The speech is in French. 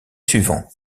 suivant